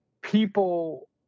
people